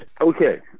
Okay